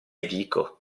dico